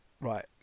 right